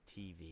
TV